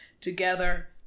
together